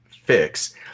fix